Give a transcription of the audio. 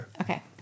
okay